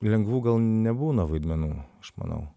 lengvų gal nebūna vaidmenų aš manau